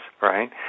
right